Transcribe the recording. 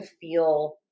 feel